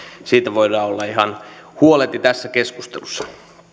siitä voidaan olla ihan huoleti tässä keskustelussa